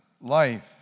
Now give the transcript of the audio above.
life